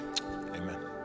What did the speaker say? Amen